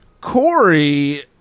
Corey